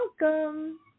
welcome